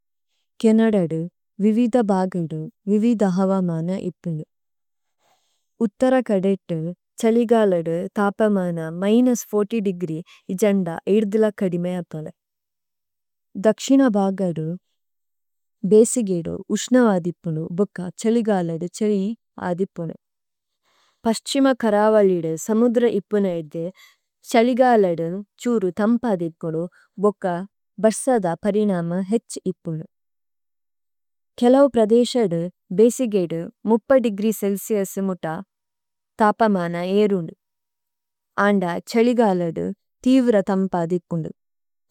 കേനദ് അദു, വിവിദ ബഗദു, വിവിദ ഹവമന ഇപ്പുനു। ഉത്തര കദേത്തു, ഛലിഗ അലദു, തപമന മിനുസ് ദേഗ്രീ ഇജന്ദ ഏര്ദില കദിമ യ പല। ദക്ശിന ബഗദു, ബസിച് ഏദു, ഉശ്ന അലദിപുനു ബക ഛലിഗ അലദു ഛദി അദിപുനു। പസ്ഛിമ കരവല്ലി ദ സമുദ്ര ഇപ്പുനു ഏദ്ദേ, ഛലിഗ അലദു ഛുരു ഥമ്പദിപുനു ബക ബസദപരിനമ ഇപ്പുനു। കേലൌപ്ര ദേശ അദു, ബസിച് ഏദു, ദേഗ്രീ ചേല്സിഉസ് മുത്ത തപമന ഏര്ദു। അന്ദ ഛലിഗ അലദു, തിവ്ര ഥമ്പദിപുനു।